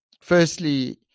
firstly